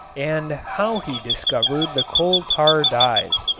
and how he discovered the coal-tar dyes.